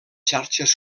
xarxes